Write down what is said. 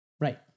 Right